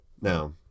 Now